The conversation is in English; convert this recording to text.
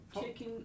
Chicken